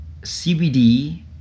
CBD